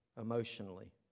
emotionally